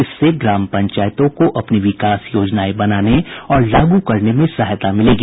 इससे ग्राम पंचायतों को अपनी विकास योजनाएं बनाने और लागू करने में सहायता मिलेगी